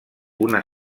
una